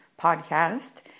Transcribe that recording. podcast